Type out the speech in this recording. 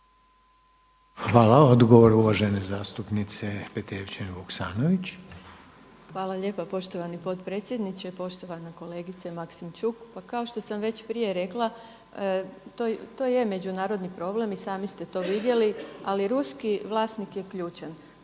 **Petrijevčanin Vuksanović, Irena (HDZ)** Hvala lijepo poštovani potpredsjedniče, poštovana kolegice Maksimčuk. Pa kao što sam već prije rekla to je međunarodni problem i sami ste to vidjeli. Ali ruski vlasnik je ključan.